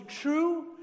true